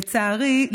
לצערי,